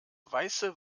weiße